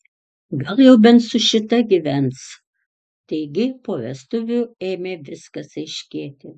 gal jau bent su šita gyvens taigi po vestuvių ėmė viskas aiškėti